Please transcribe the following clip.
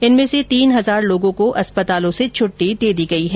जिनमें से तीन हजार लोगों को अस्पताल से छटटी दे दी गई है